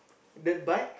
dirt bike